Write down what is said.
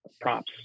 props